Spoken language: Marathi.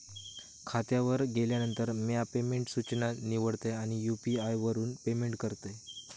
खात्यावर गेल्यानंतर, म्या पेमेंट सूचना निवडतय आणि यू.पी.आई वापरून पेमेंट करतय